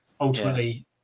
ultimately